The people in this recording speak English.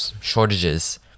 shortages